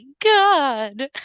God